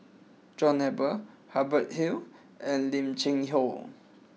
John Eber Hubert Hill and Lim Cheng Hoe